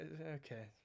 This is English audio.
okay